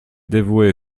dévoué